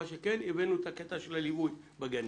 מה שכן, הבאתם את הקטע של הליווי בגנים,